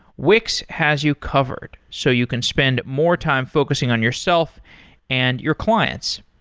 wix has you covered, so you can spend more time focusing on yourself and your clients.